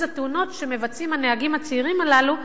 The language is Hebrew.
התאונות שמבצעים הנהגים הצעירים הללו,